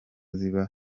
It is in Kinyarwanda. ziba